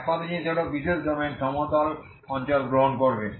একমাত্র জিনিস হল বিশেষ ডোমেইন সমতল অঞ্চল গ্রহণ করবে